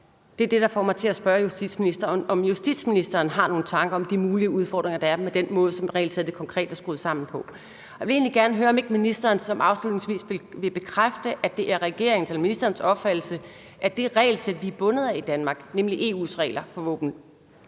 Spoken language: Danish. Det er det, der får mig til at spørge justitsministeren, om justitsministeren har nogen tanker om de mulige udfordringer, der er, med den måde, som regelsættet konkret er skruet sammen på. Jeg vil egentlig gerne høre, om ikke ministeren afslutningsvis vil bekræfte, at det er regeringens eller ministerens opfattelse, at i det regelsæt, vi er bundet af i Danmark, nemlig EU's regler for våbeneksport